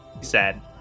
Sad